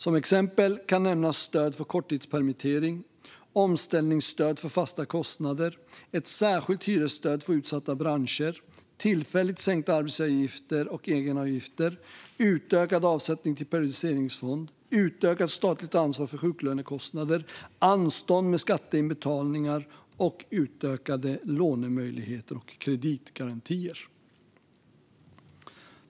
Som exempel kan nämnas stöd för korttidspermittering, omställningsstöd för fasta kostnader, ett särskilt hyresstöd för utsatta branscher, tillfälligt sänkta arbetsgivaravgifter och egenavgifter, utökad avsättning till periodiseringsfond, utökat statligt ansvar för sjuklönekostnader, anstånd med skatteinbetalningar och utökade lånemöjligheter och kreditgarantier.